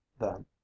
Then